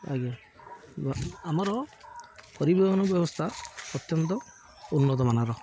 ଆଜ୍ଞା ଆମର ପରିବହନ ବ୍ୟବସ୍ଥା ଅତ୍ୟନ୍ତ ଉନ୍ନତମାନର